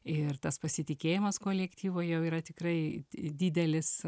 ir tas pasitikėjimas kolektyvo jau yra tikrai didelis